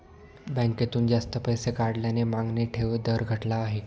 बँकेतून जास्त पैसे काढल्याने मागणी ठेव दर घटला आहे